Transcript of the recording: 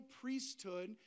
priesthood